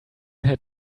had